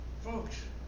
Folks